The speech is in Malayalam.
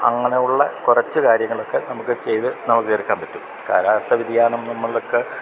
അങ്ങനെ ഉള്ള കുറച്ച് കാര്യങ്ങൾ ഒക്കെ നമുക്ക് ചെയ്ത് നമുക്ക് ഇത് എടുക്കാൻ പറ്റും കാലാവസ്ഥ വ്യതിയാനം നമ്മളൊക്കെ